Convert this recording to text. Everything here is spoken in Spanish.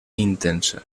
intensa